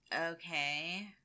Okay